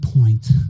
point